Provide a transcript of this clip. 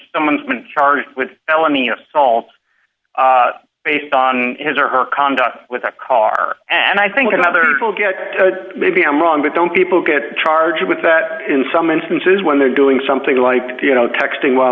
someone's been charged with felony assault based on his or her conduct with a car and i think another will get maybe i'm wrong but don't people get charged with that in some instances when they're doing something like you know texting while